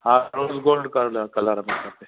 हा गोल gold colour colour में खपे